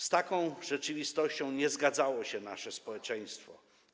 Z taką rzeczywistością nie zgadzało się nasze społeczeństwo.